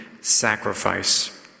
sacrifice